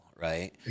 right